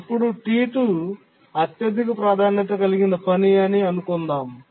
అప్పుడు T2 అత్యధిక ప్రాధాన్యత కలిగిన పని అని అనుకుందాం